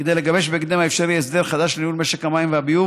כדי לגבש בהקדם האפשרי הסדר חדש לניהול משק המים והביוב